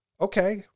okay